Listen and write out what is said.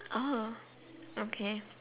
orh okay